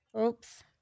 Oops